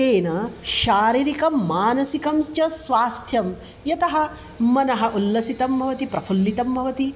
तेन शारीरिकं मानसिकं च स्वास्थ्यं यतः मनः उल्लसितं भवति प्रफुल्लितं भवति